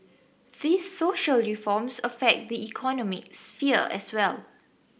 these social reforms affect the economic sphere as well